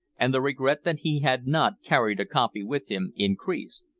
and the regret that he had not carried a copy with him increased.